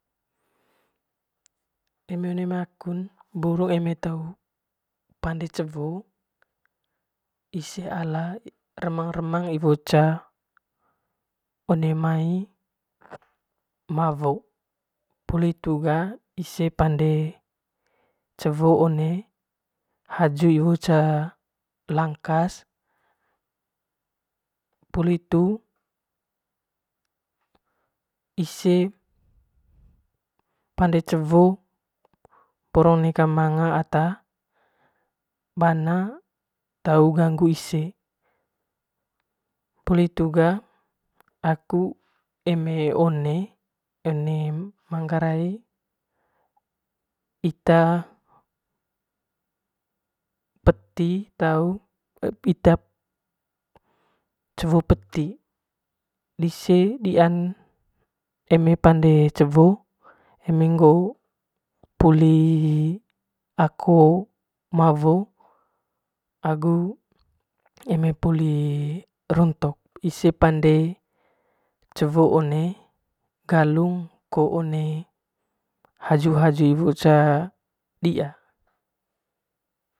Eme one mai akun eme tau pande cewo ise ala remang one mai mawo poli hitu ga ise pande cewo one haju iwo ca langkas poli hitu ise pande cewo poro neka ata bana tau gangu ise poli hitu ga aku eme one one manggarai ita peti tau ita cewo peti dise dian eme pande cewo eme ngoo poli ako mawo agu eme poli rontok ise pande cewo one galung ko haju haju one ca diia.